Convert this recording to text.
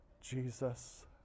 Jesus